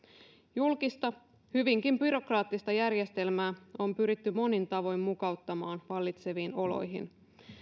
julkista hyvinkin byrokraattista järjestelmää on pyritty monin tavoin mukauttamaan vallitseviin oloihin